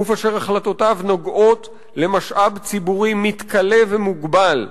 גוף אשר החלטותיו נוגעות למשאב ציבורי מתכלה ומוגבל,